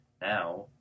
Now